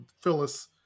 Phyllis